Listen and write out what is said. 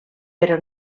però